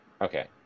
okay